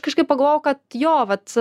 kažkaip pagalvojau kad jo vat